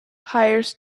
hires